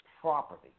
property